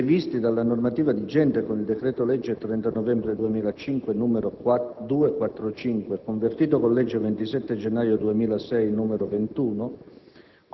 previsti dalla normativa vigente con il decreto-legge 30 novembre 2005, n. 245, convertito con legge 27 gennaio 2006, n. 21,